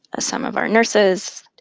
some of our nurses.